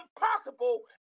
impossible